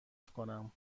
کنم